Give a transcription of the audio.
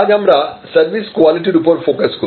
আজ আমরা সার্ভিস কোয়ালিটির উপর ফোকাস করব